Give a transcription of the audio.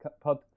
pod